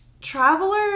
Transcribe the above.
Traveler